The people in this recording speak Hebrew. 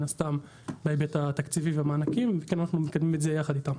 מן הסתם בהיבט התקציבי ומענקים ואנחנו מקדמים את זה יחד אתם.